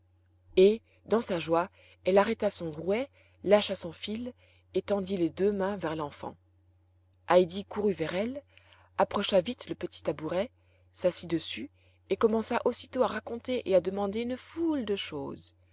et dans sa joie elle arrêta son rouet lâcha son fil et tendit les deux mains vers l'enfant heidi courut vers elle approcha vite le petit tabouret s'assit dessus et commença aussitôt à raconter et à demander une foule de choses